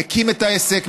מקים את העסק,